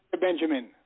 Benjamin